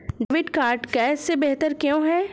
Debit card cash से बेहतर क्यों है?